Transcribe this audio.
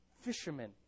fishermen